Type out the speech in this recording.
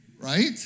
right